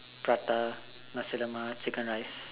prata nasi lemak chicken rice